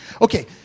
Okay